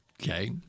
Okay